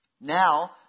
Now